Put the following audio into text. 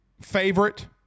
Favorite